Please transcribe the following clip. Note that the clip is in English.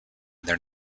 their